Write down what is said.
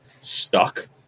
stuck